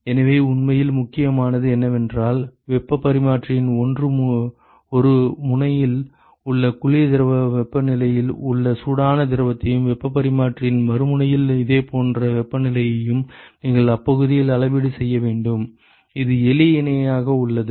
எனவே உண்மையில் முக்கியமானது என்னவென்றால் வெப்பப் பரிமாற்றியின் 1 முனையில் உள்ள குளிர் திரவ வெப்பநிலையில் உள்ள சூடான திரவத்தையும் வெப்பப் பரிமாற்றியின் மறுமுனையில் இதேபோன்ற வெப்பநிலையையும் நீங்கள் அப்பகுதியில் அளவீடு செய்ய வேண்டும் இது எளிய இணையாக உள்ளது